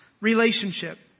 relationship